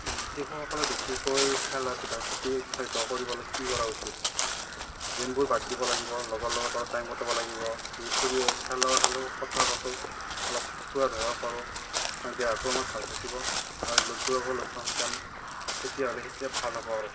শিশুসকলে বেছিকৈ খেলা ধূলাৰ প্ৰতি উৎসাহিত কৰিবলৈ কি কৰা উচিত গেমবোৰ বাদ দিব লাগিব লগৰ লগত অলপ টাইম কটাব লাগিব যি ফুৰোঁ খেলা খেলোঁ কথা পাতোঁ অলপ ফুৰা ধৰাও কৰোঁ দেহাটো আমাৰ ভালে থাকিব আৰু লগবোৰকো লগ পাম সিতান তেতিয়াহ'লে সেইটো ভাল হ'ব আৰু